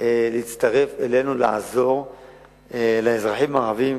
להצטרף אלינו לעזור לאזרחים הערבים.